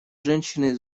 женщины